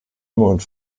und